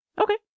Okay